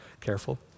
careful